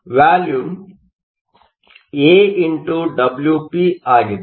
volume AxWp ಆಗಿದೆ